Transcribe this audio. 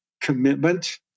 commitment